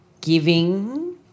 giving